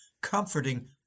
comforting